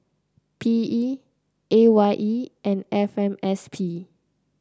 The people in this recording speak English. P E A Y E and F M S P